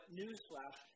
newsflash